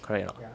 correct or not